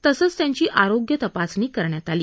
तसेच त्यांची आरोग्य तपासणी करण्यात आली